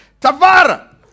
Tavara